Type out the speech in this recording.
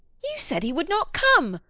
you said he would not come,